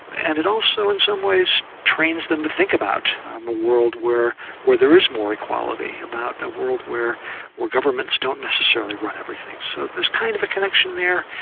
and it also in some ways trains them to think about the um ah world where where there is more equality, about a world where where governments don't necessarily run everything. so there's kind of a connection there,